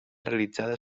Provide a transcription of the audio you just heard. realitzada